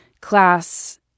class